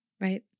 right